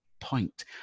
point